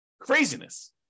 Craziness